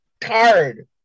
card